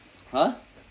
!huh!